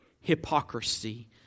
hypocrisy